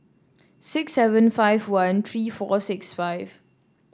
six seven five one three four six five